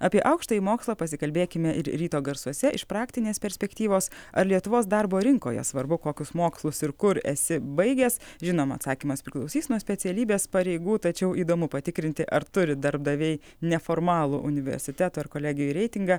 apie aukštąjį mokslą pasikalbėkime ir ryto garsuose iš praktinės perspektyvos ar lietuvos darbo rinkoje svarbu kokius mokslus ir kur esi baigęs žinoma atsakymas priklausys nuo specialybės pareigų tačiau įdomu patikrinti ar turi darbdaviai neformalų universiteto ir kolegijų reitingą